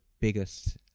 biggest